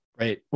Right